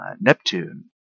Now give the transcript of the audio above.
Neptune